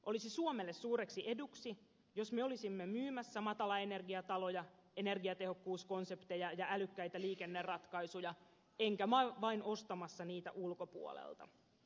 olisi suomelle suureksi eduksi jos me olisimme myymässä matalaenergiataloja energiatehokkuuskonsepteja ja älykkäitä liikenneratkaisuja eikä vain ostamassa niitä ulkopuolelta